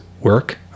work